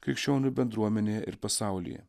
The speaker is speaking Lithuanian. krikščionių bendruomenėje ir pasaulyje